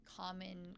common